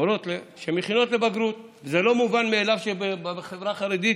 מורות שמכינות לבגרות זה לא מובן מאליו בחברה החרדית,